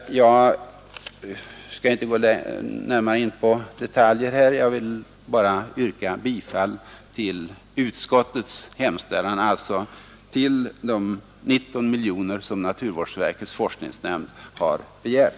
Jag skall inte gå närmare in på detaljer här. Jag vill bara yrka bifall till utskottets hemställan — alltså till de 19 miljoner som naturvårdsverkets forskningsnämnd har begärt.